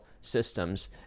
systems